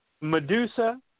Medusa